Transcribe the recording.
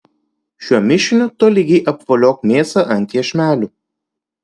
šiuo mišiniu tolygiai apvoliok mėsą ant iešmelių